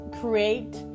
create